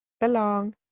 belong